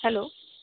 hello